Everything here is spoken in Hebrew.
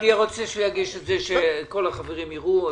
אני רוצה שהוא יגיש את זה כדי שכל החברים יראו.